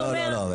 לא, לא, לא.